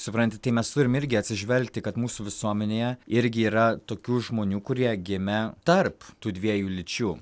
supranti tai mes turim irgi atsižvelgti kad mūsų visuomenėje irgi yra tokių žmonių kurie gimę tarp tų dviejų lyčių